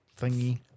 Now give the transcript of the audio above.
Thingy